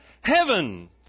heaven